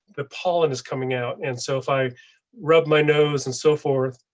the pollen is coming out, and so if i rub my nose and so forth.